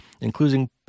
including